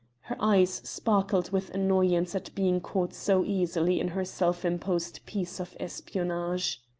her eyes sparkled with annoyance at being caught so easily in her self-imposed piece of espionage.